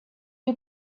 you